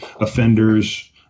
offenders